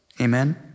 Amen